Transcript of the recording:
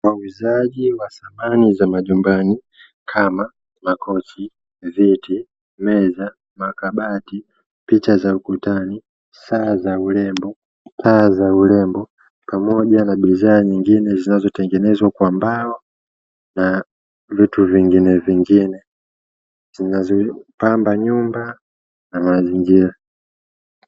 Wauzaji wa samani za majumbani kama makochi, viti, meza, makabati, picha za ukutani, saa za urembo, taa za urembo pamoja na bidhaa nyingine. zinazotengenezwa kwa mbao na vitu vinginevingine zinazopamba nyumba na mazingira.